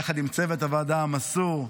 יחד עם צוות הוועדה המסור,